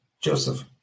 Joseph